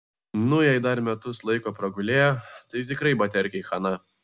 nu jei dar metus laiko pragulėjo tai tikrai baterkei chana